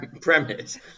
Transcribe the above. premise